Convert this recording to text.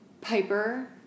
Piper